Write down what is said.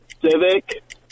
Civic